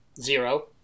zero